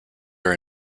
are